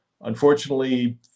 unfortunately